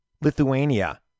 Lithuania